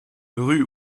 rue